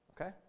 Okay